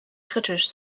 kritisch